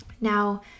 Now